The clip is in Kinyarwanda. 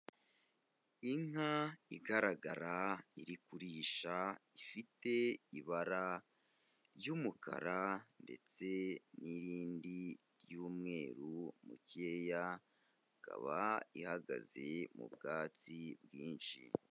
Inka igaragara iri kurisha ifite ibara ry'umukara ndetse n'irindi ry'umweru mukeya, ikaba ihagaze mu bwatsi bwinshi.